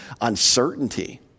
uncertainty